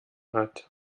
hat